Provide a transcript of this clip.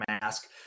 mask